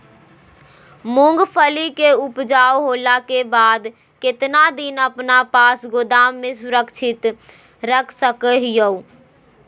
मूंगफली के ऊपज होला के बाद कितना दिन अपना पास गोदाम में सुरक्षित रख सको हीयय?